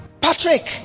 Patrick